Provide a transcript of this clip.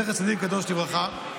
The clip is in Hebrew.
זכר צדיק וקדוש לברכה.